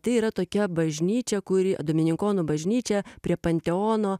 tai yra tokia bažnyčia kuri dominikonų bažnyčia prie panteono